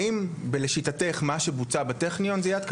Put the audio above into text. האם לשיטתך מה שבוצע בטכניון זו יד קשה?